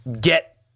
get